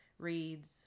reads